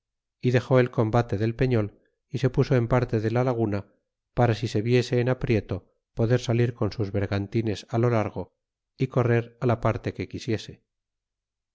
y dexó el combate del peñol y se puso en parte de la laguna para si se viese en aprieto poder salir con sus vergantines á lo largo y correr la parte que quisiese